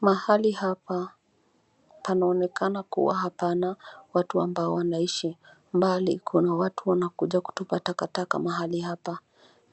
Mahali hapa panaonekana kuwa hapana watu ambao wanaishi. Mbali kuna watu ambao wanakuja kutupa takataka mahali hapa.